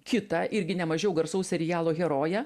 kitą irgi nemažiau garsaus serialo heroję